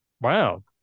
Wow